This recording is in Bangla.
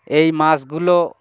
এই মাছগুলো